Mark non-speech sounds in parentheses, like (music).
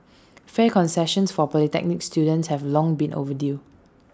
(noise) fare concessions for polytechnic students have long been overdue